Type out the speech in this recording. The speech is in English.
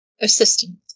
Assistant